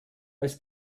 als